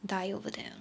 die over there lor